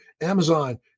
Amazon